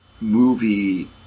movie